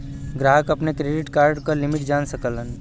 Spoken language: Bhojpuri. ग्राहक अपने क्रेडिट कार्ड क लिमिट जान सकलन